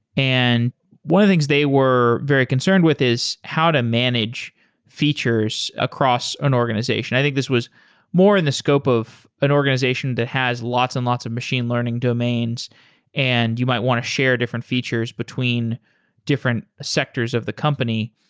and one of things they were very concerned with is how to manage features across an organization. i think this was more in the scope of an organization that has lots and lots of machine learning domains and you might want to share different features between different sectors of the company.